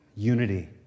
Unity